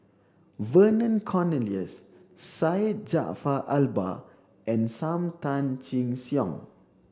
Vernon Cornelius Syed Jaafar Albar and Sam Tan Chin Siong